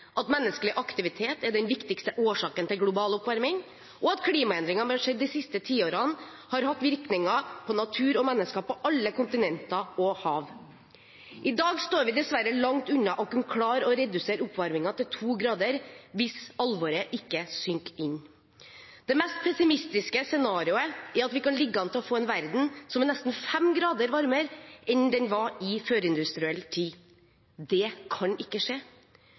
at menneskelig aktivitet er den viktigste årsaken til global oppvarming, og at klimaendringene vi har sett de siste tiårene, har hatt virkninger på natur og mennesker på alle kontinenter og hav. I dag står vi dessverre langt unna å kunne klare å redusere oppvarmingen til to grader hvis alvoret ikke synker inn. Det mest pessimistiske scenariet er at vi kan ligge an til å få en verden som er nesten fem grader varmere enn den var i førindustriell tid. Det kan ikke skje!